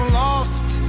lost